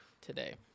today